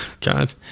God